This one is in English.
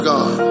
God